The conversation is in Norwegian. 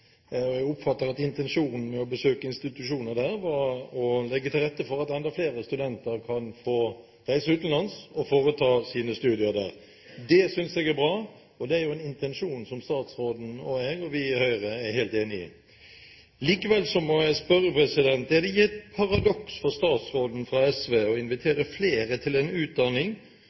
og jeg oppfatter at intensjonen med å besøke institusjoner der var å legge til rette for at enda flere studenter kan få reise utenlands og foreta sine studier der. Det synes jeg er bra, og det er jo en intensjon som statsråden og jeg – og Høyre – er helt enig i. Likevel må jeg spørre: Er det ikke et paradoks for statsråden fra SV å invitere flere til en utdanning